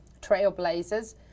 Trailblazers